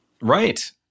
Right